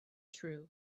true